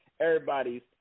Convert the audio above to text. everybody's